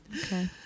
Okay